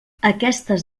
aquestes